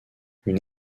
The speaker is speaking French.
une